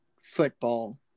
football